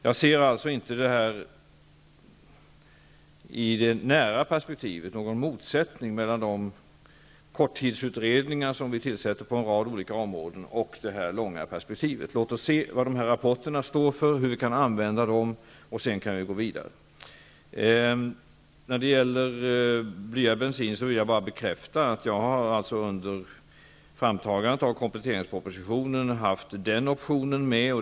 Jag ser alltså inte i det nära perspektivet någon motsättning mellan de korttidsutredningar som vi tillsätter på en rad olika områden och det långa perspektivet. Låt oss se vad dessa rapporter står för och hur vi kan använda dem. Sedan kan vi gå vidare. När det gäller blyad bensin vill jag bekräfta att jag under framtagandet av kompletteringspropositionen har haft den optionen med.